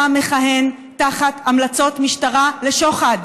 אתה מכהן תחת המלצות משטרה לעניין שוחד,